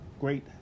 great